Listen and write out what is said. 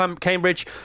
Cambridge